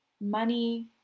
Money